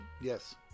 Yes